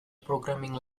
programming